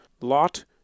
Lot